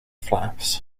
flaps